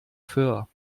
föhr